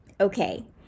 Okay